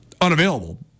unavailable